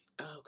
Okay